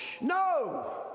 No